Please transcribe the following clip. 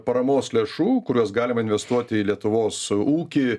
paramos lėšų kuriuos galima investuoti į lietuvos ūkį